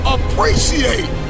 Appreciate